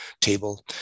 table